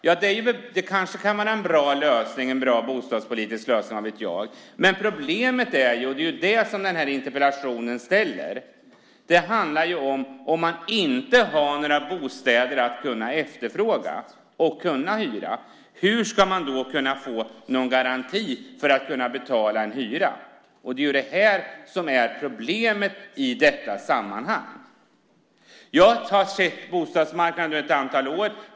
Ja, det kanske kan vara en bra bostadspolitisk lösning - vad vet jag - men problemet är ju följande, och det är ju det som den här interpellationen berör: Det handlar ju om hur det blir om man inte har några bostäder att kunna efterfråga och kunna hyra, hur ska man då kunna få någon garanti för att kunna betala en hyra? Det är ju det här som är problemet i detta sammanhang. Jag har sett bostadsmarknaden nu ett antal år.